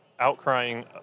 outcrying